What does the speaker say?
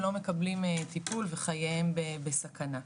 לא מקבלים טיפול וחייהם בסכנה.